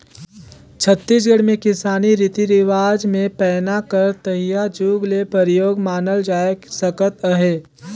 छत्तीसगढ़ मे किसानी रीति रिवाज मे पैना कर तइहा जुग ले परियोग मानल जाए सकत अहे